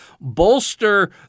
bolster